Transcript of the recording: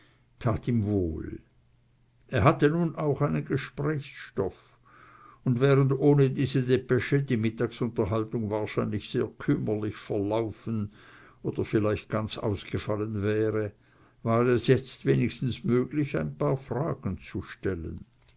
tat ihm wohl er hatte nun auch einen gesprächsstoff und während ohne diese depesche die mittagsunterhaltung wahrscheinlich sehr kümmerlich verlaufen oder vielleicht ganz ausgefallen wäre war es jetzt wenigstens möglich ein paar fragen zu stellen